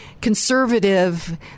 conservative